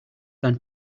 than